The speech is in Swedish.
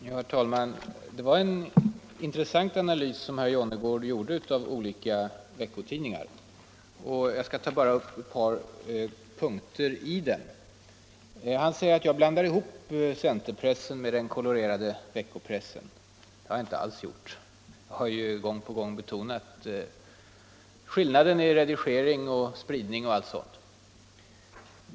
Herr talman! Det var en intressant analys av olika veckotidningar som herr Jonnergård gjorde. Jag skall bara ta upp ett par punkter i den. Herr Jonnergård säger att jag blandar ihop centerpressen med den kolorerade veckopressen. Det har jag inte alls gjort. Jag har gång på gång betonat skillnaderna i redigering, spridning och allt sådant.